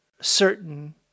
certain